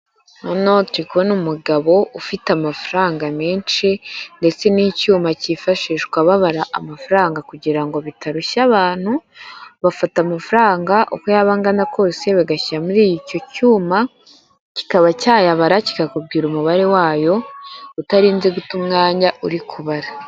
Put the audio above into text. Hano turi kubona umugabo ufite amafaranga menshi ndetse n'icyuma cyifashishwa babara amafaranga kugira ngo bitarushya abantu, bafata amafaranga uko yaba angana kose bagashyira muri icyo cyuma kikaba cyayabara kikakubwira umubare wayo utarinze guta umwanya uri kubara.